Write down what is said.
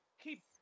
Keep